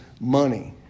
money